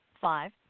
five